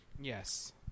yes